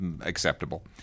acceptable